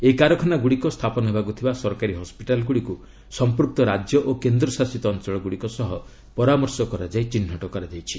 ଏହି କାରଖାନାଗୁଡ଼ିକ ସ୍ଥାପନ ହେବାକୁ ଥିବା ସରକାରୀ ହସ୍କିଟାଲ୍ଗୁଡ଼ିକୁ ସମ୍ପୃକ୍ତ ରାଜ୍ୟ ଓ କେନ୍ଦ୍ରଶାସିତ ଅଞ୍ଚଳଗୁଡ଼ିକ ସହ ପରାମର୍ଶ କରାଯାଇ ଚିହ୍ନଟ କରାଯାଇଛି